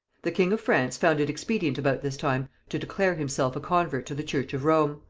the king of france found it expedient about this time to declare himself a convert to the church of rome.